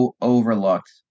overlooked